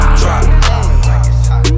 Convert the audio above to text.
drop